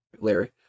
Larry